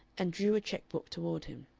and drew a checkbook toward him.